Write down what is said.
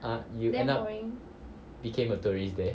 a'ah you end up became a tourist there